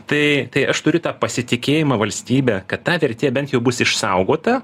tai tai aš turiu tą pasitikėjimą valstybe kad ta vertė bent jau bus išsaugota